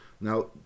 Now